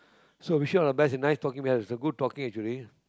so wish you all the best nice talking it's good talking already